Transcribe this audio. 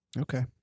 Okay